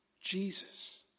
Jesus